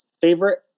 Favorite